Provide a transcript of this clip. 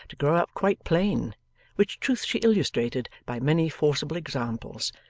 to grow up quite plain which truth she illustrated by many forcible examples,